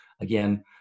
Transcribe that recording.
Again